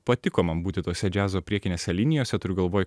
patiko man būti tose džiazo priekinėse linijose turiu galvoj